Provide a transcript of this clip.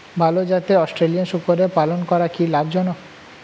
ভাল জাতের অস্ট্রেলিয়ান শূকরের পালন করা কী লাভ জনক?